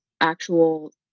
actual